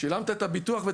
שילמת את הביטוח,